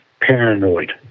paranoid